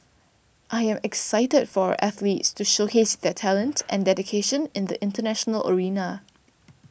I am excited for our athletes to showcase their talents and dedication in the international arena